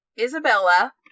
Isabella